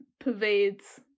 pervades